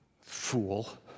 Fool